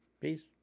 Peace